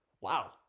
Wow